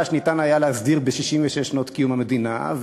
היה אפשר להסדיר ב-66 שנות קיום המדינה,